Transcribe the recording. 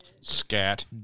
scat